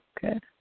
good